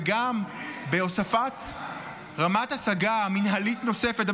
וגם בהוספת רמת השגה מינהלית נוספת,